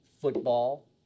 football